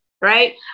right